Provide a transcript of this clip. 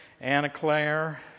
Anna-Claire